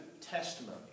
testimony